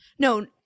No